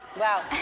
wow.